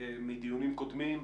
מדיונים קודמים,